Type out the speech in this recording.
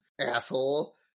asshole